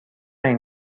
این